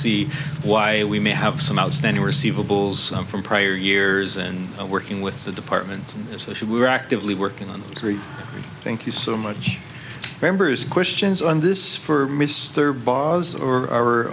see why we may have some outstanding receivables from prior years and working with the departments and so should we are actively working on three thank you so much members questions on this for mr bars or